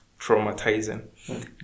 traumatizing